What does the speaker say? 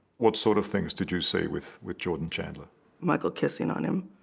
what sort of things did you say with with jordan chandler michael kissing on him?